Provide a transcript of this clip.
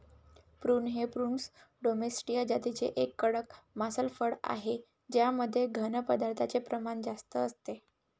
prune हे prunus domestica जातीचे एक कडक मांसल फळ आहे ज्यामध्ये घन पदार्थांचे प्रमाण जास्त असते